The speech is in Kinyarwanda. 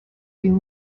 uyu